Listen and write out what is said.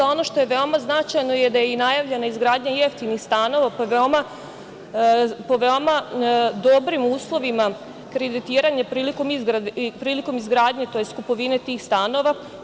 Ono što je veoma značajno je da je najavljena izgradnja jeftinih stanova pod veoma dobrim uslovima kreditiranja prilikom izgradnje, tj. kupovine tih stanova.